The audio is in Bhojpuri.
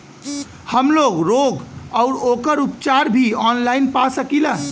हमलोग रोग अउर ओकर उपचार भी ऑनलाइन पा सकीला?